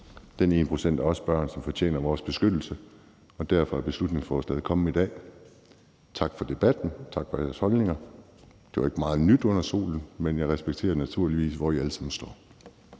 Den ene procent er også børn, som fortjener vores beskyttelse, og derfor er beslutningsforslaget kommet i dag. Tak for debatten, og tak for jeres holdninger. Der var ikke meget nyt under solen, men jeg respekterer naturligvis, hvor I alle sammen står.